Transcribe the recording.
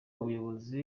ubuyobozi